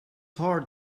hard